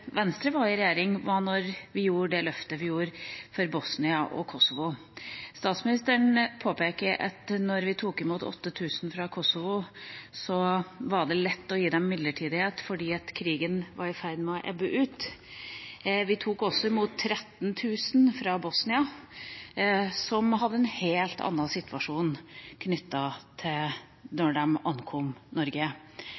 Venstre var i regjering, var da vi gjorde det løftet vi gjorde for Bosnia og Kosovo. Statsministeren påpeker at da vi tok imot 8 000 fra Kosovo, var det lett å gi dem midlertidighet fordi krigen var i ferd med å ebbe ut. Vi tok også imot 13 000 fra Bosnia som var i en helt annen situasjon da de ankom Norge.